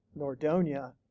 Nordonia